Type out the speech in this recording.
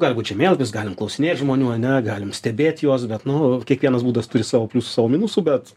gali būt žemėlapis galim klausinėt žmonių ane galim stebėt juos bet nu kiekvienas būdas turi savo pliusų savo minusų bet